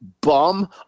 bum